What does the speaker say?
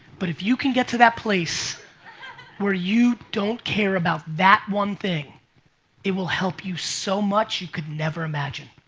but if you can get to that place where you don't care about that one thing it will help you so much you could never imagine.